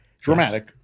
dramatic